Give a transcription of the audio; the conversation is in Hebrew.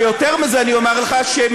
ויותר מזה, אני